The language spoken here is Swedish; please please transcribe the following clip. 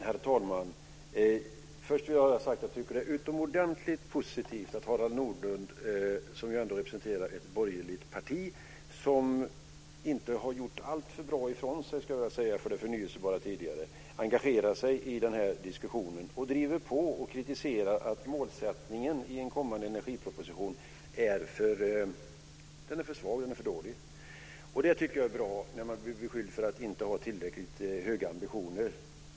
Herr talman! Först vill jag säga att det är utomordentligt positivt att Harald Nordlund, som ju representerar ett borgerligt parti som inte gjort alltför bra ifrån sig tidigare när det gäller förnyelsebara energikällor, engagerar sig i den här diskussionen. Det är bra att han driver på och kritiserar målsättningen i en kommande energiproposition och säger att den är för svag och för dålig. Jag tycker det är bra att man blir beskylld för att inte ha tillräckligt höga ambitioner.